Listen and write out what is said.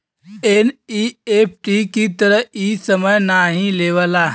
NEFT की तरह इ समय नाहीं लेवला